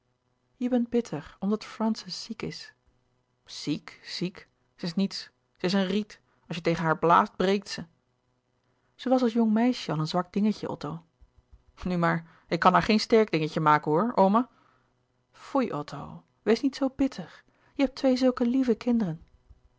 je bent bitter omdat francis ziek is ziek ziek ze is niets ze is een riet als je tegen haar blaast breekt ze ze was als jong meisje al een zwak dingetje otto nu maar ik kan haar geen sterk dingetje maken hoor oma louis couperus de boeken der kleine zielen foei otto wees niet zoo bitter je hebt twee zulke lieve kinderen